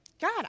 God